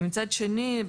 מצד שני,